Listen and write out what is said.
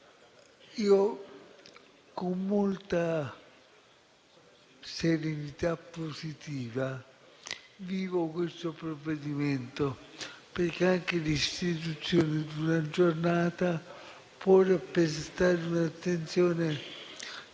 con molta serenità positiva vivo questo provvedimento, perché anche l'istituzione di una giornata può rappresentare un'attenzione